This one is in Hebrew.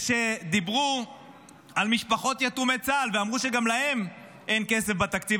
כשדיברו על משפחות יתומי צה"ל ואמרו שגם להן אין כסף בתקציב,